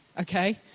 Okay